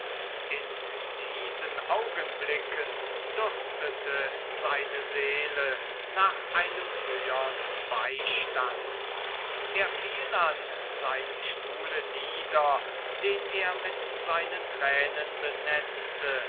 in diesen augenblicken dürstete seine seele nach einem höhern beistand er fiel an seinem stuhle nieder den er mit seinen tränen benetzte